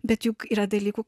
bet juk yra dalykų